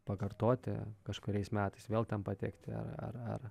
pakartoti kažkuriais metais vėl ten patekti ar ar ar